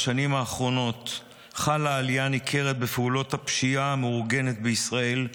בשנים האחרונות חלה עלייה ניכרת בפעולות הפשיעה המאורגנת בישראל,